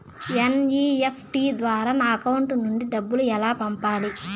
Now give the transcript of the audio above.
NEFT ద్వారా నా account నుండి డబ్బులు ఎలా పంపాలి